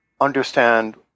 understand